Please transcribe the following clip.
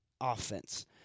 offense